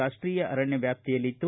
ರಾಷ್ಟೀಯ ಅರಣ್ಯದ ವ್ಯಾಪ್ತಿಯಲ್ಲಿತ್ತು